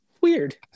weird